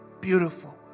beautiful